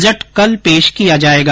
budget कल पेश किया जाएगा